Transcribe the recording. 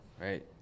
right